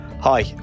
Hi